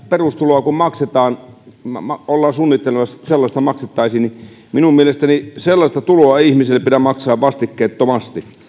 perustuloa maksetaan tai ollaan suunnittelemassa että sellaista maksettaisiin niin minun mielestäni sellaista tuloa ei ihmiselle pidä maksaa vastikkeettomasti